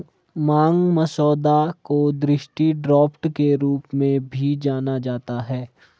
मांग मसौदा को दृष्टि ड्राफ्ट के रूप में भी जाना जाता है